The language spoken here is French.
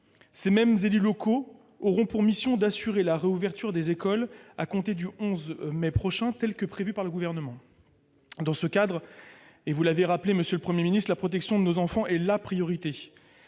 Ces mêmes élus locaux auront pour mission d'assurer la réouverture des écoles à compter du 11 mai prochain, telle qu'elle a été prévue par le Gouvernement. Dans ce cadre, et vous l'avez rappelé, monsieur le Premier ministre, la protection de nos enfants est la priorité.